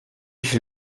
ich